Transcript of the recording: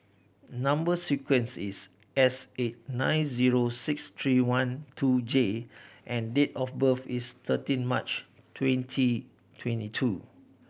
number sequence is S eight nine zero six three one two J and date of birth is thirteen March twenty twenty two